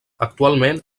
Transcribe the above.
actualment